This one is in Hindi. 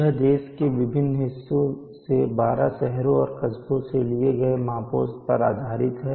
यह देश के विभिन्न हिस्सों से 12 शहरों और कस्बों से लिए गए मापों पर आधारित है